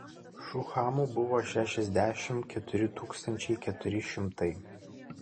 šuhamų buvo šešiasdešimt keturi tūkstančiai keturi šimtai